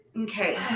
Okay